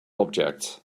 objects